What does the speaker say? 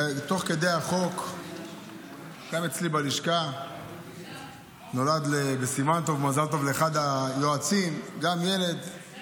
תוך כדי החוק גם אצלי בלשכה נולד בסימן טוב ובמזל טוב לאחד היועצים ילד,